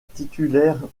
titulaire